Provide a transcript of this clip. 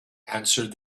answered